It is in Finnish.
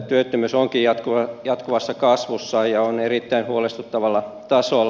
työttömyys onkin jatkuvassa kasvussa ja on erittäin huolestuttavalla tasolla